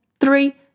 three